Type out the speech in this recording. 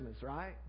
right